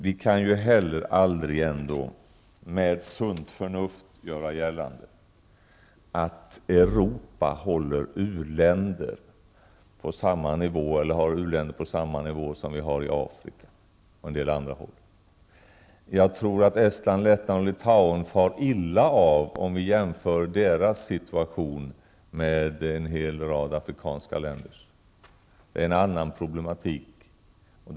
Vi kan ju heller aldrig ändå med sunt förnuft göra gällande att Europa håller u-länderna på samma nivå som den som gäller för Afrika och på en del andra håll i världen. Jag tror att Estland, Lettland och Litauen far illa av en sådan jämförelse, dvs. om vi jämför situationen i dessa länder med situationen i en rad afrikanska länder, där problematiken är en annan.